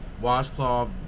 Washcloth